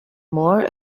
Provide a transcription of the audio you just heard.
more